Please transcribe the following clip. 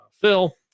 Phil